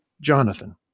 Jonathan